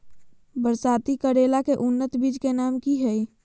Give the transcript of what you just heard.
बरसाती करेला के उन्नत बिज के नाम की हैय?